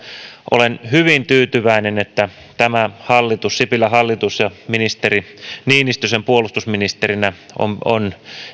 olen hyvin tyytyväinen että tämä hallitus sipilän hallitus ja ministeri niinistö sen puolustusministerinä on on